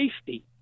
safety